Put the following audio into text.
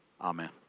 amen